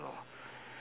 lor